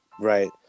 Right